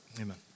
Amen